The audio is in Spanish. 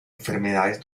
enfermedades